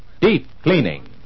deep-cleaning